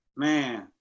man